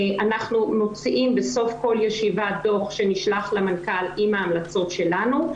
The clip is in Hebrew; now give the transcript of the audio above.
אנחנו מוציאים בסוף כל ישיבה דו"ח שנשלח למנכ"ל עם ההמלצות שלנו,